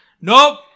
Nope